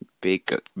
big